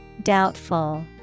Doubtful